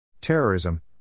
Terrorism